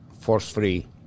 force-free